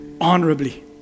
honorably